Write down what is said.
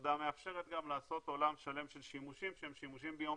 התעודה מאפשרת גם לעשות עולם שלם של שימושים שהם ביומטריים.